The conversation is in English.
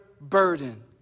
burden